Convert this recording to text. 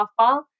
softball